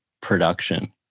production